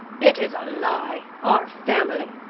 it is a lie! our family!